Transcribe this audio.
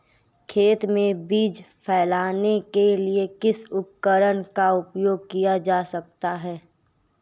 खेत में बीज फैलाने के लिए किस उपकरण का उपयोग किया जा सकता है?